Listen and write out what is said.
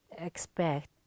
expect